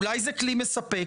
אולי זה כלי מספק?